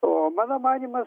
o mano manymu